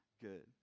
good